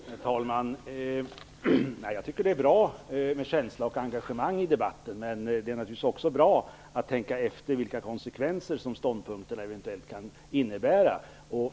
Herr talman! Jag tycker att det är bra med känsla och engagemang i debatten. Men det är naturligtvis också bra att tänka efter vilka konsekvenser ståndpunkterna eventuellt kan leda till.